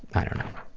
i don't know.